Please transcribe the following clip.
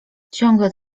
ciągle